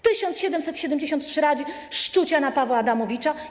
1773 razy szczuto na Pawła Adamowicza.